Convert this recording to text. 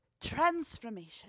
transformation